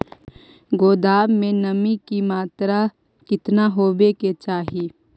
गोदाम मे नमी की मात्रा कितना होबे के चाही?